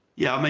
yeah, i mean,